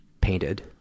painted